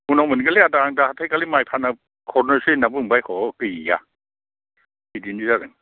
उनाव मोनगोन लै आदा आं दा हाथाय खालि माइ फानना हरनोसै होनना बुंबाय ह गैया बिदिनो जागोन